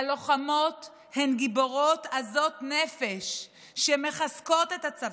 הלוחמות הן גיבורות עזות נפש שמחזקות את הצבא.